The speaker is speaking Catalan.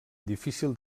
difícil